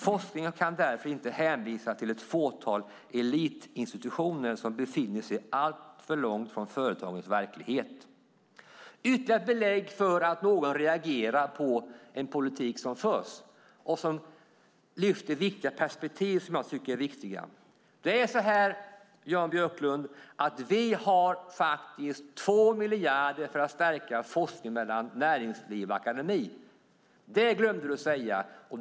Forskningen kan därför inte hänvisas till ett fåtal elitinstitutioner som befinner sig alltför långt från företagens verklighet." Detta är ytterligare ett belägg för att någon reagerar på den politik som förs och som lyfter fram viktiga perspektiv. Jan Björklund, vi har faktiskt 2 miljarder för att stärka forskningen mellan näringsliv och akademi. Det glömde du att säga.